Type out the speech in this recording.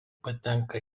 patenka